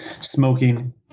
smoking